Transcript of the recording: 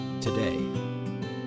today